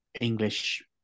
English